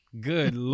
good